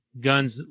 guns